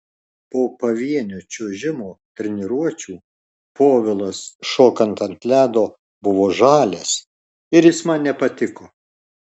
po pavienio čiuožimo treniruočių povilas šokant ant ledo buvo žalias ir jis man nepatiko